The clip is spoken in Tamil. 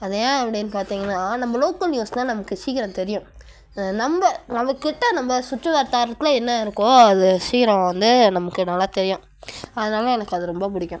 அது ஏன் அப்படினு பார்த்திங்கன்னா நம்ப லோக்கல் நியூஸ்லாம் நமக்கு சீக்கிரம் தெரியும் நம்ப நமக்கிட்ட நம்ப சுற்று வட்டாரத்தில் என்ன இருக்கோ அது சீக்கிரம் வந்து நமக்கு நல்லா தெரியும் அதனால எனக்கு அது ரொம்ப பிடிக்கும்